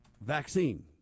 vaccine